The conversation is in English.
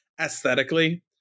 aesthetically